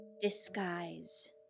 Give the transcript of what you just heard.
disguise